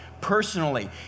Personally